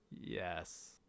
Yes